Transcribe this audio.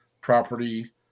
property